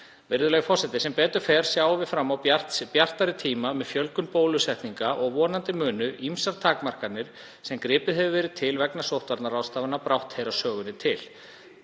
Virðulegi forseti. Sem betur fer sjáum við fram á bjartari tíma með fjölgun bólusetninga og vonandi munu ýmsar takmarkanir sem gripið hefur verið til vegna sóttvarnaráðstafana brátt heyra sögunni til.